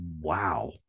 wow